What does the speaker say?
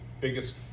biggest